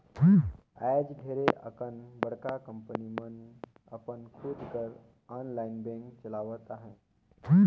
आएज ढेरे अकन बड़का कंपनी मन अपन खुद कर आनलाईन बेंक चलावत अहें